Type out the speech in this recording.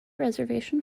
reservation